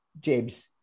James